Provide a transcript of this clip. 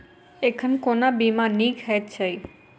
एखन कोना बीमा नीक हएत छै?